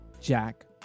Jack